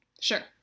Sure